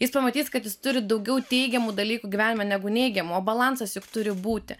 jis pamatys kad jis turi daugiau teigiamų dalykų gyvenime negu neigiamų o balansas juk turi būti